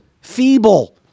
Feeble